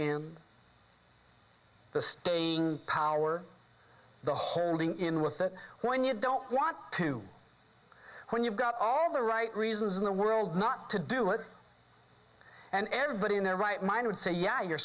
in the staging power the holding in with that when you don't want to when you've got all the right reasons in the world not to do it and everybody in their right mind would say yeah you're